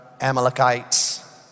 Amalekites